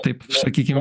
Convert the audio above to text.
taip sakykim